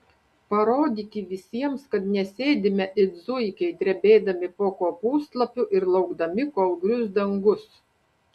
parodyti visiems kad nesėdime it zuikiai drebėdami po kopūstlapiu ir laukdami kol grius dangus